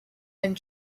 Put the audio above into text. and